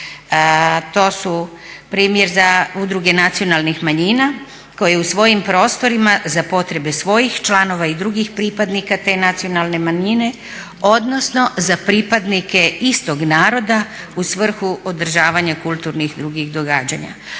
to su primjer za udruge nacionalnih manjina koji u svojim prostorima za potrebe svojih članova i drugih pripadnika te nacionalne manjine odnosno za pripadnike istog naroda u svrhu održavanja kulturnih i drugih događanja.